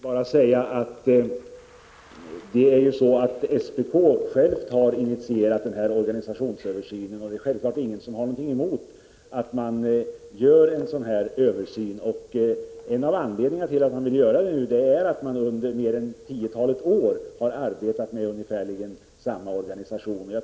Herr talman! Låt mig bara säga att SPK själv har initierat organisationsöversynen, och det är naturligtvis ingen som har någonting emot att en sådan översyn görs. En av anledningarna till att SPK nu vill göra översynen är att man under mer än ett tiotal år har arbetat med ungefär samma organisation.